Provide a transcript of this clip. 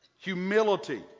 Humility